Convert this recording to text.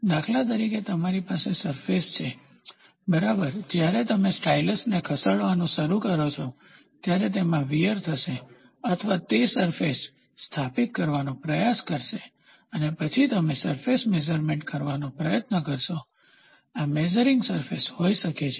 દાખલા તરીકે તમારી પાસે સરફેસ છે બરાબર જ્યારે તમે સ્ટાઇલસને ખસેડવાનું શરૂ કરો છો ત્યારે તેમાં વીયર થશે અથવા તે સરફેસ સ્થાપિત કરવાનો પ્રયાસ કરશે અને પછી તમે સરફેસ મેઝરમેન્ટનો પ્રયત્ન કરશો આ મેઝરીંગ સરફેસ હોઈ શકે છે